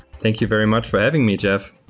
thank you very much for having me, jeff.